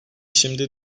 şimdi